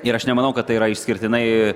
ir aš nemanau kad tai yra išskirtinai